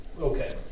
Okay